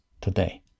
today